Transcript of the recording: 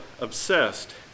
obsessed